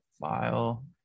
file